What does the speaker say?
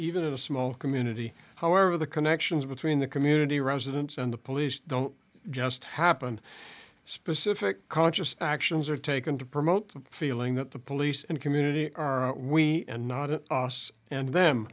even in a small community however the connections between the community residents and the police don't just happen specific conscious actions are taken to promote the feeling that the police and community are we and